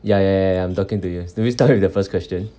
ya ya ya ya I'm talking to you do we start with the first question